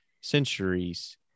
centuries